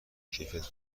کیفیت